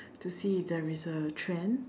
to see if there is a trend